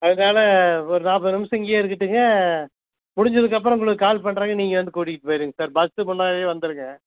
அதுக்கான ஒரு நாற்பது நிமிஷம் இங்கேயே இருக்கட்டுங்க முடிஞ்சதுக்கப்புறம் உங்களுக்கு கால் பண்றேங்க நீங்கள் வந்து கூட்டிக்கிட்டு போயிடுங்க சார் பஸ்ஸு முன்னாடியே வந்துடுங்க